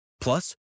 Plus